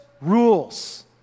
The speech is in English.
rules